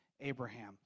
Abraham